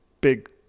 big